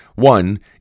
One